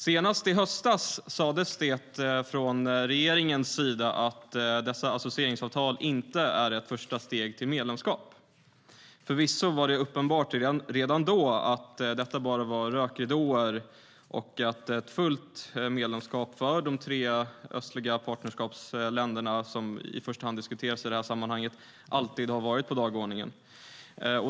Senast i höstas sas det från regeringens sida att dessa associeringsavtal inte är ett första steg till medlemskap. Förvisso var det redan då uppenbart att detta bara var rökridåer och att ett fullt medlemskap för de tre östliga partnerskapsländer som i första hand diskuteras i det här sammanhanget alltid varit på dagordningen.